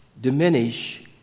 diminish